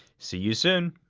see you soon.